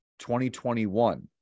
2021